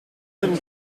some